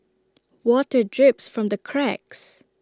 water drips from the cracks